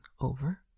over